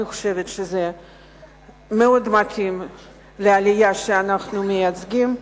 אני חושבת שזה מאוד מתאים לעלייה שאנחנו מייצגים.